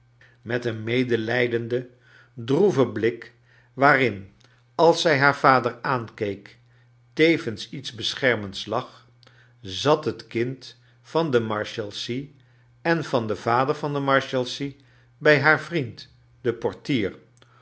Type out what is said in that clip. met een medelijdenden droeven blik waarin als zij haar vader aankeek tevens iets beschermends lag zat het kind van de marshalsea en van den vader van de marshalsea bij haar vriend den portier